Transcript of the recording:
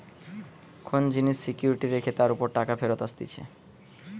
কোন জিনিস সিকিউরিটি রেখে তার উপর টাকা ফেরত আসতিছে